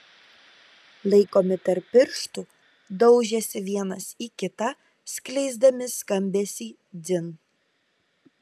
laikomi tarp pirštų daužėsi vienas į kitą skleisdami skambesį dzin